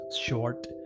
short